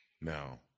Now